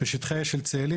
בשטחי אש של צאלים,